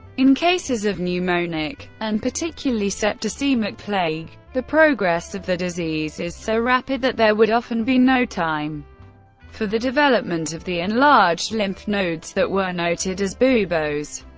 in cases of pneumonic and particularly septicemic plague, the progress of the disease is so rapid that there would often be no time for the development of the enlarged lymph nodes that were noted as buboes.